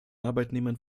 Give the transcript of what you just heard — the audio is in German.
arbeitnehmern